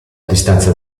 distanza